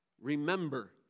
Remember